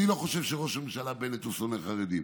אני לא חושב שראש הממשלה בנט הוא שונא חרדים,